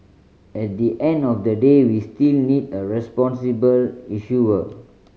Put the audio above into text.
at the end of the day we still need a responsible issuer